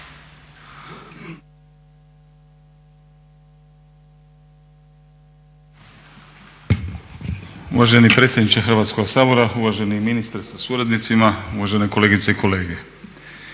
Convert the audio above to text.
Uvaženi predsjedniče Hrvatskoga sabora, uvaženi ministre sa suradnicima, uvažene kolegice i kolege.